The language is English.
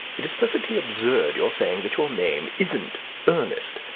it is perfectly absurd your saying that your name isn't ernest.